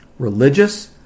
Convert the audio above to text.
Religious